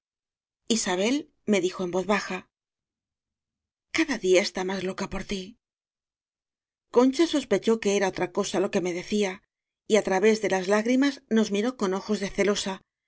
isabel me dijo en voz baja cada día está más loca por tí concha sospechó que era otra cosa lo que me decía y á través de las lágrimas nos miró con ojos de celosa